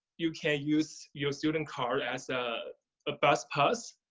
you can use your student card as ah a bus pass.